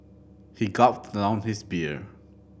he gulped down his beer